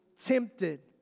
tempted